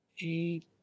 eight